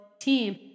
team